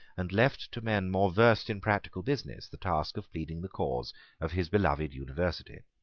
and left to men more versed in practical business the task of pleading the cause of his beloved university.